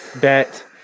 bet